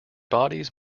bodies